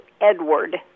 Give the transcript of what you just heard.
Edward